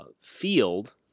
field